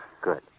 Good